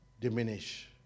diminish